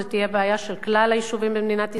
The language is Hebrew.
זו תהיה בעיה של כלל היישובים במדינת ישראל,